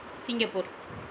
Singapore